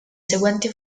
seguenti